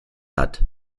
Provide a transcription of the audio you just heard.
hat